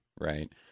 right